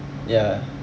ya